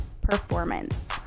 performance